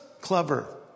clever